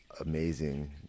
amazing